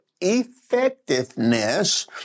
Effectiveness